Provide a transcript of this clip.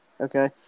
Okay